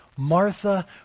Martha